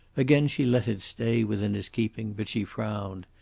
again she let it stay within his keeping, but she frowned,